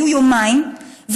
היו יומיים,